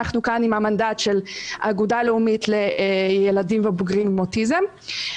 אנחנו כאן על המנדט של האגודה הלאומית לילדים ובוגרים עם אוטיזם,